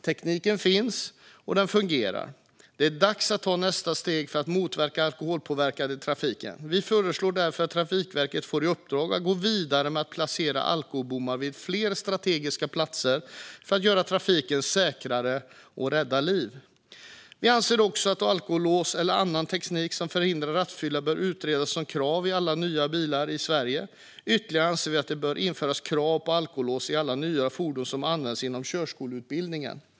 Tekniken finns, och den fungerar. Det är dags att ta nästa steg för att motverka alkoholpåverkade trafikanter. Vi föreslår därför att Trafikverket får i uppdrag att gå vidare med att placera alkobommar vid fler strategiska platser för att göra trafiken säkrare och rädda liv. Vi anser också att alkolås eller annan teknik som förhindrar rattfylleri bör utredas som krav i alla nya bilar i Sverige. Ytterligare anser vi att det bör införas krav på alkolås i alla nya fordon som används inom körkortsutbildningen.